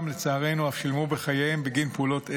ולצערנו, חלקם אף שילמו בחייהם בגין פעולות אלה.